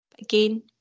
Again